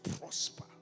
prosper